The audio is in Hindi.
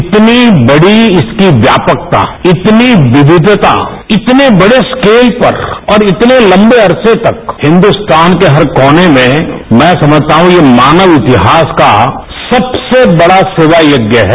इतनी बड़ी इसकी व्यापकता इतनी विक्विता इतने बड़े स्क्रोत पर और इतने तम्बे अर्मे तक हिन्दुस्तान के हर कोने में मैं सम्क्षता हूं कि मानव इतिहास का सबसे बड़ा सेवा गज्ञ है